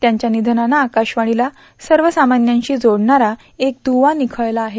त्यांच्या निधनानं आकाशवाणीला सर्वसामान्यांशी जोडणारा एक दुवा निखळला आहे